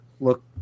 look